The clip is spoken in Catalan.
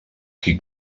qui